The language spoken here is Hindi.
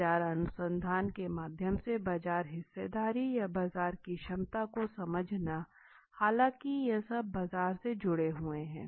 बाजार अनुसंधान के माध्यम से बाजार हिस्सेदारी या बाजार की क्षमता को समझना हालांकि ये सब बाजार से जुड़े हुए हैं